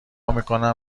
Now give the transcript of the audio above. میکنن